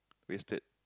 wasted